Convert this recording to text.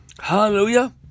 Hallelujah